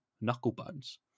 knucklebones